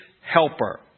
helper